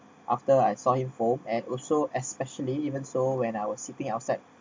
after I saw him foam and also especially even so when I was sleeping outside